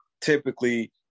typically